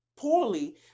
poorly